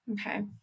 Okay